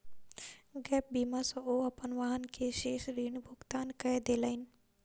gap बीमा सॅ ओ अपन वाहन के शेष ऋण भुगतान कय देलैन